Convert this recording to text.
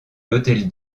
l’hôtel